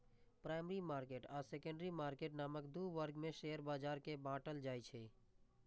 primary market आ secondary market नामक दू वर्ग मे शेयर बाजार कें बांटल जाइ छै